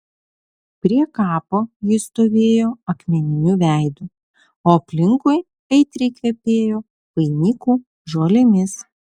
prie kapo jis stovėjo akmeniniu veidu o aplinkui aitriai kvepėjo vainikų žolėmis